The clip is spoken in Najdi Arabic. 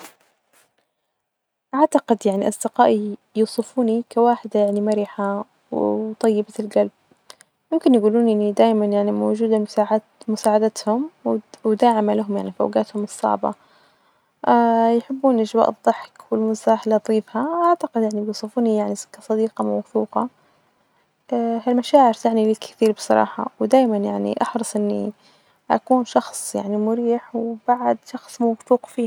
أعتقد يعني أصدقائي يصفوني كواحدة يعني مرحة ،و-و طيبة الجلب ،ممكن يجولون إني دايما يعني موجودة مساعت مساعدتهم ودعم لهم يعني في اوجاتهم الصعبة، يحبون أجواء الظحك والمساحة لطيفة وأعتقد يعني بيصفوني يعني كصديقة موثوقة إيه المشاعر ،يعني كثير بصراحة ،ودايما يعني أحرص إني أكون شخص يعني مريح ،وبعد شخص موثوق فيه.